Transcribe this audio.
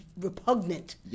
Repugnant